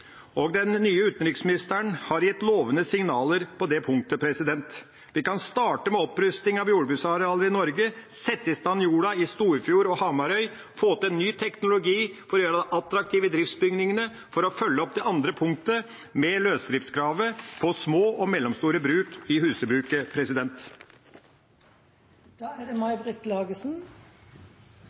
og prosenttoll. Den nye utenriksministeren har gitt lovende signaler på det punktet. Vi kan starte med opprusting av jordbruksarealer i Norge, sette i stand jorda i Storfjord og Hamarøy, få til ny teknologi for å gjøre det attraktivt i driftsbygningene, for å følge opp det andre punktet, om løsdriftskravet på små og mellomstore bruk i husdyrbruket. Det er